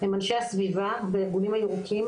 הם אנשי הסביבה והארגונים הירוקים,